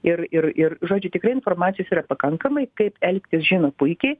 ir ir ir žodžiu tikrai informacijos yra pakankamai kaip elgtis žino puikiai